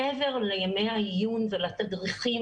מעבר לימי העיון ולתדריכים